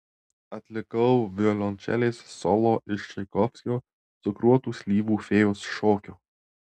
atlikau violončelės solo iš čaikovskio cukruotų slyvų fėjos šokio